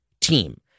team